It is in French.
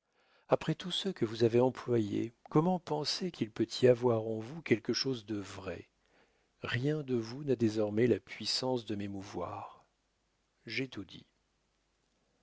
après tous ceux que vous avez employés comment penser qu'il peut y avoir en vous quelque chose de vrai rien de vous n'a désormais la puissance de m'émouvoir j'ai tout dit